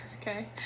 okay